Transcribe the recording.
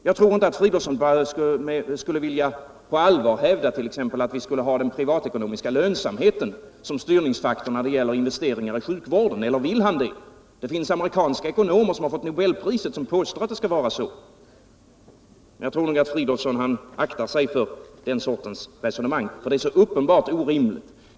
Jag tror inte att herr Fridolfsson skulle vilja på allvar hävda t.ex. att vi skulle ha den privatekonomiska lönsamheten som styrningsfaktor när det gäller investeringar i sjukvården. Eller vill han det? Det finns amerikanska ekonomer som har fått nobelpriset och som påstår att det skall vara så. Men jag tror nog att herr Fridolfsson aktar sig för den sortens resonemang, eftersom det är så orimligt.